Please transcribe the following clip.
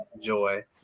joy